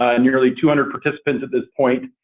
and nearly two hundred participants at this point.